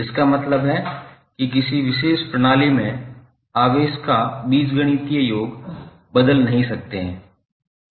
इसका मतलब है कि किसी विशेष प्रणाली में आवेश का बीजगणितीय योग बदल नहीं सकते हैं